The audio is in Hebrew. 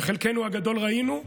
שחלקנו הגדול ראינו,